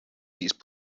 these